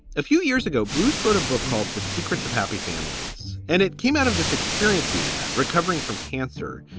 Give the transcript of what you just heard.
a few years ago, bruce wrote a book called the secrets of happy families, and it came out of this experience he had recovering from cancer,